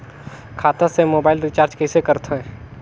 खाता से mobile recharge कइसे करथे